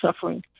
suffering